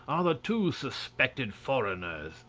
are the two suspected foreigners,